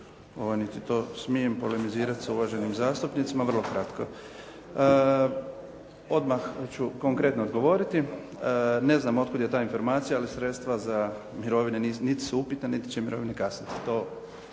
to smijem polimizirati sa uvaženim zastupnicima vrlo kratko. Odmah ću konkretno odgovoriti. Ne znam od kud je ta informacija, ali sredstva za mirovine niti su upitna, niti će mirovine kasniti.